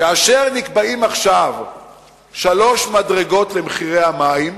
כאשר נקבעות עכשיו שלוש מדרגות למחירי המים,